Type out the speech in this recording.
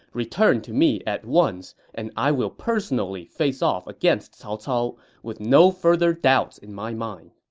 return to me at once, and i will personally face off against cao cao, with no further doubts in my mind.